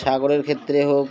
সাগরের ক্ষেত্রে হোক